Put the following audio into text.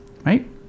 right